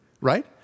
right